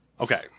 Okay